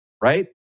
right